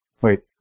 Wait